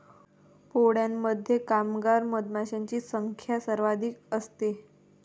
पोळ्यामध्ये कामगार मधमाशांची संख्या सर्वाधिक असते